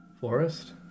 Forest